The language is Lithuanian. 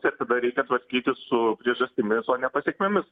ir tada reikia tvarkytis su priežastimis o ne pasekmėmis